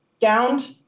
gowned